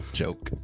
joke